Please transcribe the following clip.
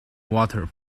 water